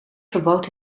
verbood